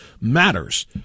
matters